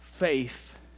Faith